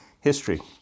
history